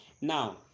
Now